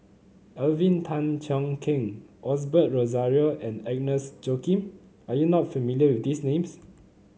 Alvin Tan Cheong Kheng Osbert Rozario and Agnes Joaquim are you not familiar with these names